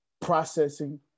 processing